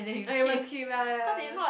okay must keep ah ya